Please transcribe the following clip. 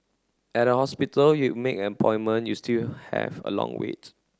at a hospital you make an appointment you still have a long wait